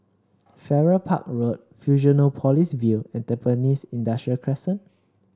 Farrer Park Road Fusionopolis View and Tampines Industrial Crescent